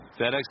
FedEx